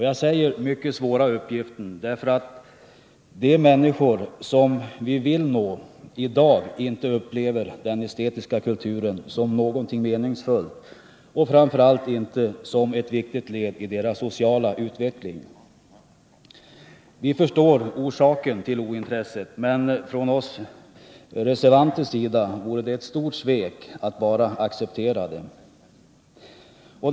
Jag säger den ”mycket svåra uppgiften”, därför att de människor som vi vill nå upplever inte i dag den estetiska kulturen som någonting meningsfullt och framför allt inte som ett viktigt led i deras sociala utveckling. Vi förstår orsaken till ointresset, men det vore ett stort svek från oss reservanter att bara acceptera det.